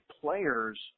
players